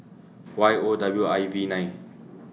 Y O W I V nine